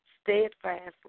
steadfastly